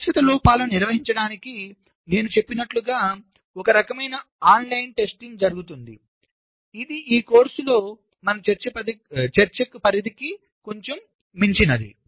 శాశ్వత లోపాలను నిర్వహించడానికి నేను చెప్పినట్లుగా ఒకరకమైన ఆన్లైన్ తప్పు పరీక్ష జరుగుతుంది ఇది ఈ కోర్సులో మా చర్చ పరిధికి కొంచెం మించినది